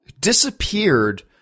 disappeared